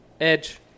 edge